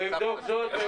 הוא יבדוק זאת.